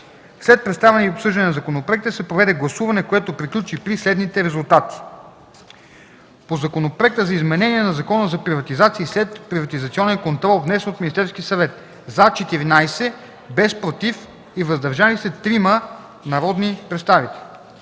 След представяне и обсъждане на законопроектите се проведе гласуване, което приключи при следните резултати: - по Законопроекта за изменение на Закона за приватизация и следприватизационен контрол, внесен от Министерския съвет: „за” – 14, без „против” и „въздържали се” – 3 народни представители;